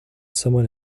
someone